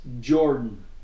Jordan